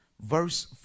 verse